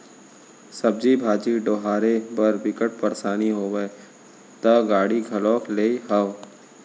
सब्जी भाजी डोहारे बर बिकट परसानी होवय त गाड़ी घलोक लेए हव